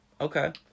Okay